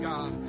God